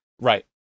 right